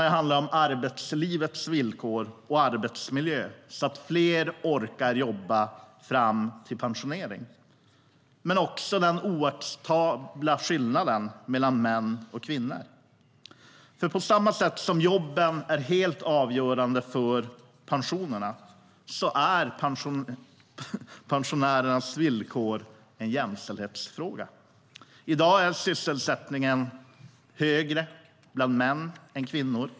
Det handlar såväl om arbetslivets villkor och arbetsmiljö, så att fler orkar jobba fram till pensioneringen, som om de oacceptabla skillnaderna mellan män och kvinnor, för på samma sätt som jobben är helt avgörande för pensionerna är pensionärernas villkor en jämställdhetsfråga.I dag är sysselsättningsgraden högre bland män än bland kvinnor.